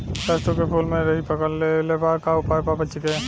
सरसों के फूल मे लाहि पकड़ ले ले बा का उपाय बा बचेके?